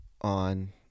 on